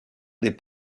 des